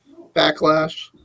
Backlash